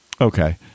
okay